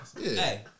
Hey